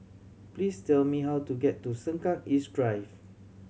please tell me how to get to Sengkang East Drive